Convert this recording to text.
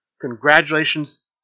Congratulations